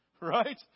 right